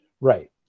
Right